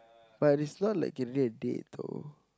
but it's not like you need a date though